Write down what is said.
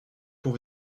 pour